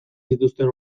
zituzten